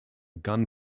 gun